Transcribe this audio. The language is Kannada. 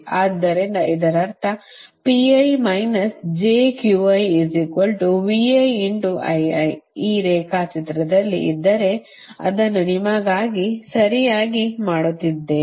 ಆದ್ದರಿಂದ ಇದರರ್ಥ ಈ ರೇಖಾಚಿತ್ರದಲ್ಲಿ ಇದ್ದರೆ ಅದನ್ನು ನಿಮಗಾಗಿ ಸರಿಯಾಗಿ ಮಾಡುತ್ತಿದ್ದೇನೆ